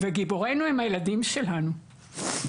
וגיבורינו הם הילדים שלנו.